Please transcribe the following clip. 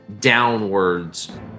downwards